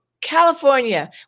California